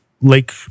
lake